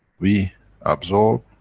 we absorb,